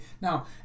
now